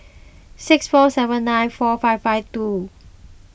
six four seven nine four five five two